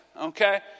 okay